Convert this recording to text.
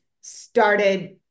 started